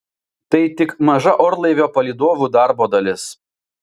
tai tik maža orlaivio palydovų darbo dalis